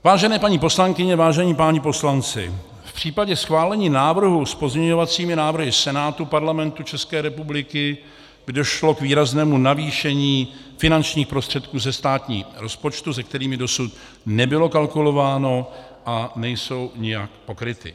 Vážené paní poslankyně, vážení páni poslanci, v případě schválení návrhu s pozměňovacími návrhy Senátu Parlamentu České republiky by došlo k výraznému navýšení finančních prostředků ze státního rozpočtu, se kterými dosud nebylo kalkulováno a nejsou nijak pokryty.